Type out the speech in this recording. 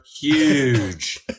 huge